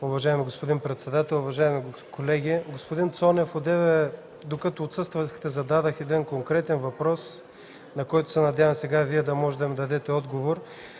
Уважаеми господин председател, уважаеми колеги! Господин Цонев, одеве докато отсъствахте, зададох конкретен въпрос, на който се надявам сега да ми дадете отговор.